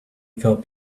felt